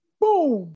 boom